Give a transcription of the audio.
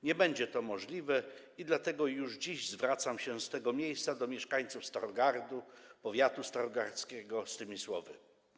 Nie będzie to możliwe i dlatego już dziś zwracam się z tego miejsca do mieszkańców Starogardu, powiatu starogardzkiego z tymi słowy.